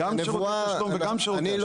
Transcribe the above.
גם שירותי תשלום וגם שירותי אשראי.